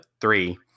three